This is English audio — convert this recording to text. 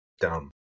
Dumb